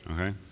Okay